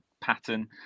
pattern